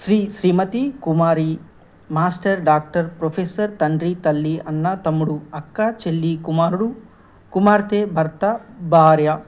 శ్రీ శ్రీమతి కుమారి master doctor professor తండ్రి తల్లి అన్న తమ్ముడు అక్క చెల్లి కుమారుడు కుమార్తే భర్త భార్య